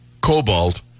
cobalt